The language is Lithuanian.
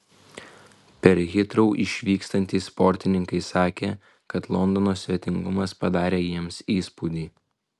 per hitrou išvykstantys sportininkai sakė kad londono svetingumas padarė jiems įspūdį